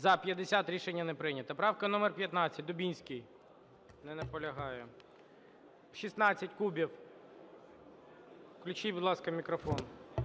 За-50 Рішення не прийнято. Правка номер 15, Дубінський. Не наполягає. 16, Кубів. Включіть, будь ласка, мікрофон.